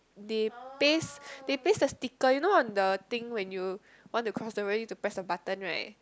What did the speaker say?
they paste they paste the sticker you know on the thing when you want to cross the road need to press the button right